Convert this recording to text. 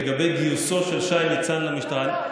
לגבי גיוסו של שי ניצן למשטרה,